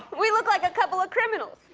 we look like a couple of criminals.